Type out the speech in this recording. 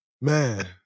Man